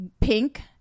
pink